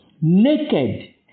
naked